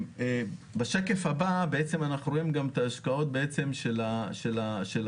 בשקף הבא אנחנו רואים גם את ההשקעות של המשרד,